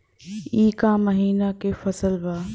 ई क महिना क फसल बा?